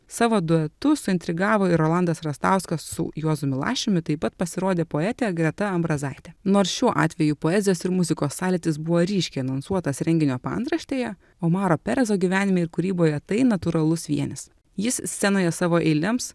savo duetu suintrigavo ir rolandas rastauskas su juozu milašiumi taip pat pasirodė poetė greta ambrazaitė nors šiuo atveju poezijos ir muzikos sąlytis buvo ryškiai anonsuotas renginio paantraštėje omaro perezo gyvenime ir kūryboje tai natūralus vienis jis scenoje savo eilėms